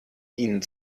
ihnen